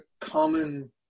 common